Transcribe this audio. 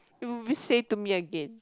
r~ re-say to me again